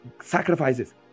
sacrifices